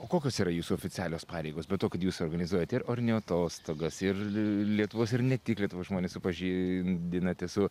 o kokios yra jūsų oficialios pareigos be to kad jūs organizuojat ir orniatostogas ir lietuvos ir ne tik lietuvos žmones supažindinate su